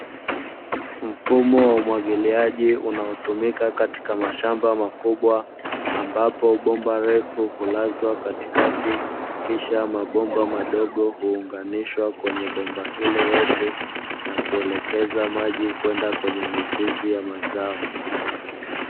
Mfumo wa mwagiliaji unaotumika katika mashamba makubwa, ambapo bomba refu hulazwa katikati kisha mabomba madogo huunganishwa kwenye bomba hilo refu na kuelekeza maji kwenda kwenye mizizi ya mazao.